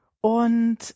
Und